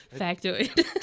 factoid